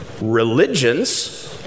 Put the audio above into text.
religions